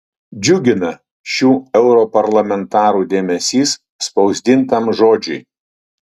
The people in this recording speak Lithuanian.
džiugina šių europarlamentarų dėmesys spausdintam žodžiui